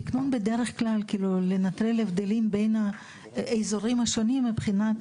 תקנון בדרך כלל לנטרל הבדלים בין האזורים השונים מבחינת